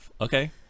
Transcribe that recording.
Okay